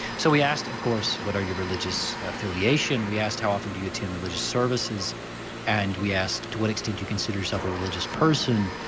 so we asked of course what are your religious affiliation, we asked how often do you attend religious services and we asked to what extent do you consider yourself a religious person.